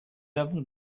avons